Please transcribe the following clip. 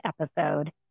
episode